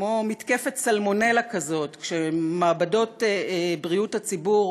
כמו מתקפת סלמונלה כזאת כשמעבדות בריאות הציבור